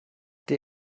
der